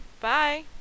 Bye